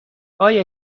آیا